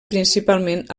principalment